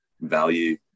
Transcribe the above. value